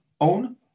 own